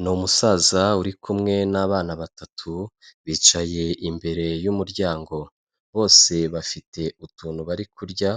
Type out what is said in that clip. Ni umusaza uri kumwe n'abana batatu bicaye imbere y'umuryango, bose bafite utuntu bari kurya